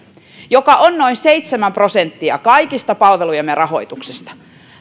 joka on nykyisin noin seitsemän prosenttia kaikista palvelujemme rahoituksesta